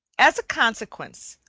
as a consequence,